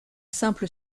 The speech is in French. simple